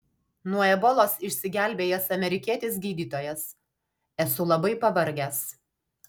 nuo ebolos išsigelbėjęs amerikietis gydytojas esu labai pavargęs